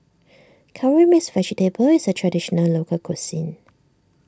Curry Mixed Vegetable is a Traditional Local Cuisine